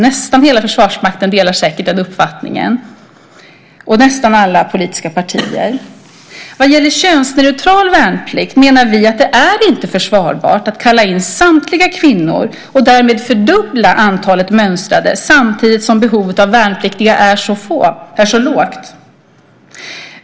Nästan hela Försvarsmakten delar säkert den uppfattningen och nästan alla politiska partier. När det gäller könsneutral värnplikt menar vi att det inte är försvarbart att kalla in samtliga kvinnor och därmed fördubbla antalet som mönstrar samtidigt som behovet av värnpliktiga är så litet.